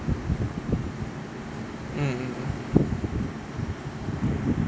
mm mm